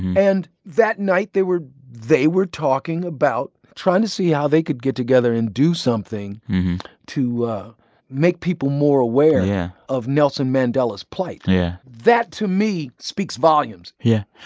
and that night, they were they were talking about trying to see how they could get together and do something to make people more aware yeah of nelson mandela's plight. yeah that, to me, speaks volumes yeah.